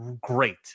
great